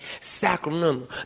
Sacramento